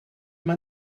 mae